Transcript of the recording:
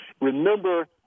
Remember